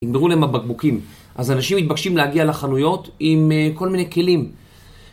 נגדרו להם הבקבוקים, אז אנשים מתבקשים להגיע לחנויות עם כל מיני כלים